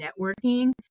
networking